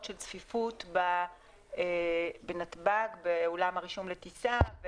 של הצפיפות בנתב"ג באולם הרישום לטיסה.